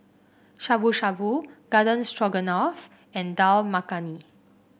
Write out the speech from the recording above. Shabu Shabu Garden Stroganoff and Dal Makhani